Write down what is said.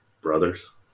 brothers